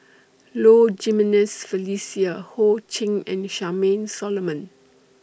Low Jimenez Felicia Ho Ching and Charmaine Solomon